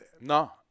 No